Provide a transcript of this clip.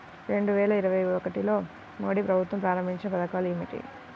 రెండు వేల ఇరవై ఒకటిలో మోడీ ప్రభుత్వం ప్రారంభించిన పథకాలు ఏమిటీ?